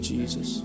Jesus